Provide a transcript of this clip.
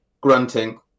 grunting